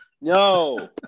No